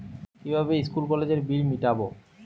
কিভাবে স্কুল কলেজের বিল মিটাব?